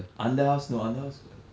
அந்த:antha house no அந்த:antha house